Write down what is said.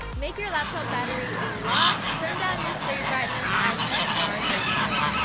make your laptop battery last, turn down your screen brightness, and use power saving mode!